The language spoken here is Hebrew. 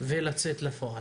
ולצאת לדרך.